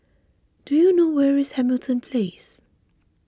do you know where is Hamilton Place